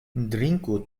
drinku